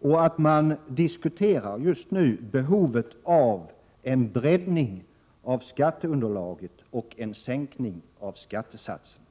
och att man just nu diskuterar behovet av en breddning av skatteunderlaget och en sänkning av skattesatserna.